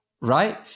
right